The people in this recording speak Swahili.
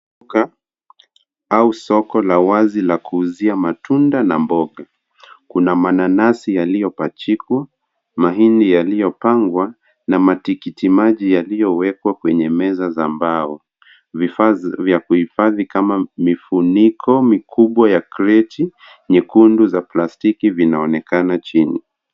Duka au soko la wazi la kuuzia matunda na mboga. Kuna mananasi yaliyopachikwa, mahindi yaliyopangwa na matikiti maji yaliyowekwa kwenye meza za mbao. Vifaa vya kuhifadhi kama mifuniko mikubwa ya kreti nyekundu za plastiki vinaonekana chini.